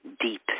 deep